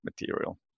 material